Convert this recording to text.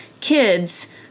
kids